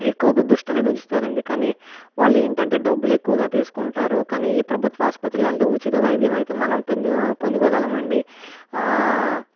ఎక్కువ బు దృష్టి అనేది వుంచుతారండి కానీ వాళ్ళు ఏంటంటే డబ్బులు ఎక్కువగా తీసుకుంటారు కానీ ఈ ప్రభుత్వ ఆసుపత్రులు అంటే ఉచిత వైద్యం మనం పెందు పొందుకోగలం అండి